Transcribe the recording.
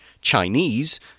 Chinese